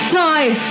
time